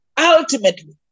ultimately